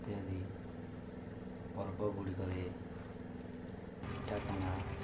ଇତ୍ୟାଦି ପର୍ବଗୁଡ଼ିକରେ ପିଠାପଣା